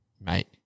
mate